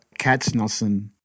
Katznelson